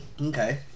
Okay